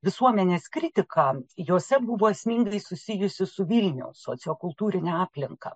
visuomenės kritika jose buvo esmingai susijusi su vilniaus sociokultūrine aplinka